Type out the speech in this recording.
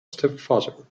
stepfather